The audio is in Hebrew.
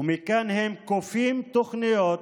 ומכאן הם כופים תוכניות,